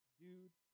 dude